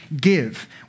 give